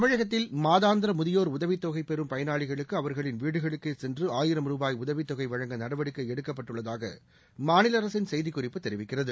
தமிழகத்தில் மாதாந்திர முதியோர் உதவித்தொகை பெறும் பயனாளிகளுக்கு அவர்களின் வீடுகளுக்கே சென்று ஆயிரம் ரூபாய் உதவித் தொகை வழங்க நடவடிக்கை எடுக்கப்பட்டுள்ளதாக மாநில அரசின் செய்திக் குறிப்பு தெரிவிக்கிறது